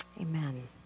Amen